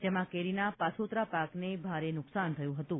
જેમાં કેરીના પાછોતરા પાકને ભારે નુકશાન થયું હતું